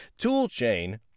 toolchain